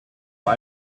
but